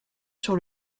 sur